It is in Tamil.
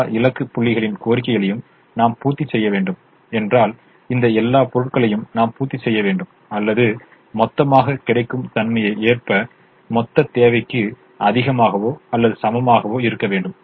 எல்லா இலக்கு புள்ளிகளின் கோரிக்கைகளையும் நாம் பூர்த்தி செய்ய வேண்டும் என்றால் இந்த எல்லா பொருட்களையும் நாம் பூர்த்தி செய்ய வேண்டும் அல்லது மொத்தமாக கிடைக்கும் தன்மைக்கு ஏற்ப மொத்த தேவைக்கு அதிகமாகவோ அல்லது சமமாகவோ இருக்க வேண்டும்